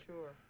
Sure